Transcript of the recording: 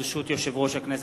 ברשות יושב-ראש הכנסת,